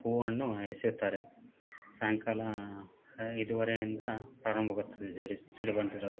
ಹೂ ಹಣ್ಣು ಎಸೆಯುತ್ತಾರೆ ಸಾಯಂಕಾಲ ಐದುವರೆಯಿಂದ ಪ್ರಾರಂಭವಾಗುತ್ತದೆ ಜೇಡೀಸ ಸಿಡಿಬಂಡಿ ರ